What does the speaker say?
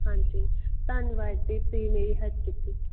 ਹਾਂਜੀ ਧੰਨਵਾਦ ਜੀ ਤੁਸੀਂ ਮੇਰੀ ਹੈਲਪ ਕੀਤੀ